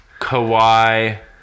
Kawhi